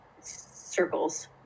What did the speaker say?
circles